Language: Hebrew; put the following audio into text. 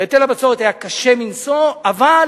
היטל הבצורת היה קשה מנשוא, אבל